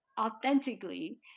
authentically